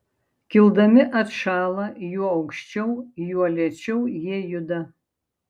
kildami atšąla juo aukščiau juo lėčiau jie juda